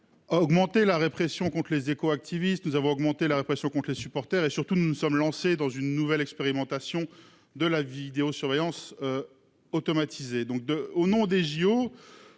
Augmenter la répression compte Les Échos activistes. Nous avons augmenté la répression compte les supporters et surtout nous ne sommes lancés dans une nouvelle expérimentation de la vidéosurveillance. Automatisée donc de au nom des JO.